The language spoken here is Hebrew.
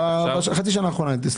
אני לא יודע.